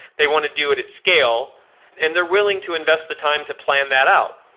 they want to do it at scale and they're willing to invest the time to plan that out.